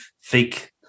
fake